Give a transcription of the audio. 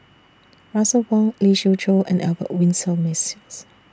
Russel Wong Lee Siew Choh and Albert Winsemius